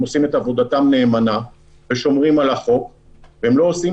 הם עושים את עבודתם נאמנה ושומרים על החוק והם לא עושים